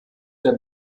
der